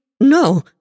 no